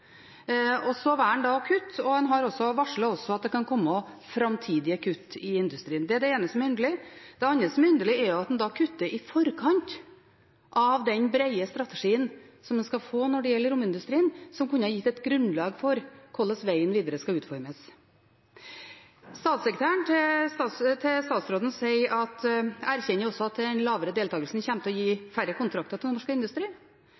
Så velger en da å kutte, og en varsler også at det kan komme framtidige kutt i industrien. Det er det ene som er underlig. Det andre som er underlig, er at en kutter i forkant av den brede strategien som en skal få når det gjelder romindustrien, som kunne gitt et grunnlag for hvordan vegen videre skal utformes. Statssekretæren til statsråden erkjenner også at den lavere deltakelsen kommer til å gi færre kontrakter til norsk industri,